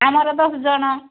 ଆମର ଦଶ ଜଣ